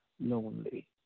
lonely